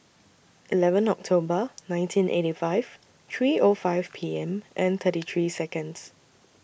eleven October nineteen eighty five three O five P M and thirty three Seconds